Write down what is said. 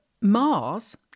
Mars